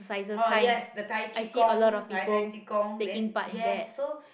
oh yes the Tai-qi-gong right Tai-qi-gong then yes so